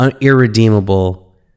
irredeemable